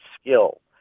skill